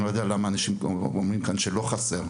אני לא יודע למה אנשים כאן אומרים שהם לא חסרים.